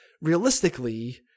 realistically